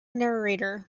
narrator